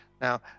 Now